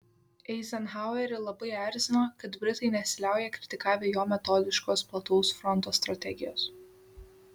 eizenhauerį labai erzino kad britai nesiliauja kritikavę jo metodiškos plataus fronto strategijos